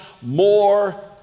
more